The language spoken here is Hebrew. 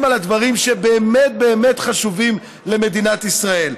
על הדברים שבאמת באמת חשובים למדינת ישראל,